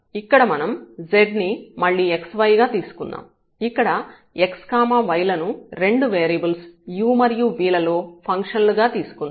ఇక్కడ మనం z ని మళ్ళీ xy గా తీసుకుందాం ఇక్కడ x y లను రెండు వేరియబుల్స్ u మరియు v లలో ఫంక్షన్ లు గా తీసుకుందాం